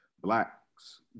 Blacks